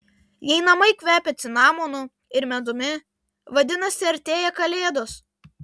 jei namai kvepia cinamonu ir medumi vadinasi artėja kalėdos